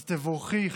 אז תבורכי,